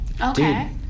Okay